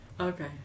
Okay